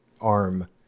arm